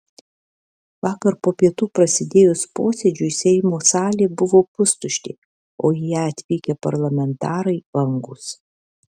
vakar po pietų prasidėjus posėdžiui seimo salė buvo pustuštė o į ją atvykę parlamentarai vangūs